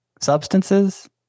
substances